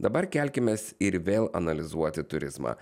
dabar kelkimės ir vėl analizuoti turizmą